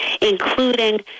including